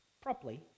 properly